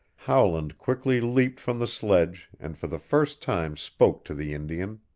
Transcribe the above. howland quickly leaped from the sledge and for the first time spoke to the indian.